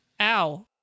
Ow